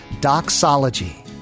Doxology